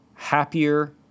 happier